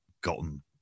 gotten